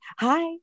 Hi